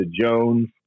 Jones